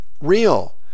real